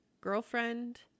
girlfriend